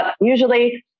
usually